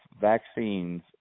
vaccines